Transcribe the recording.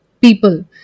people